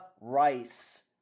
Rice